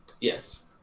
yes